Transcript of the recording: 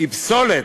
היא פסולת.